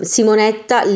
Simonetta